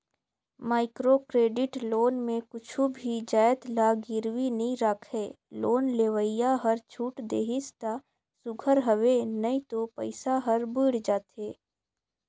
micro credit loan में कुछु भी जाएत ल गिरवी नी राखय लोन लेवइया हर छूट देहिस ता सुग्घर हवे नई तो पइसा हर बुइड़ जाथे